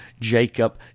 Jacob